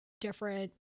different